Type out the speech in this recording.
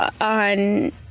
on